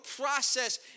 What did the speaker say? process